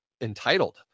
entitled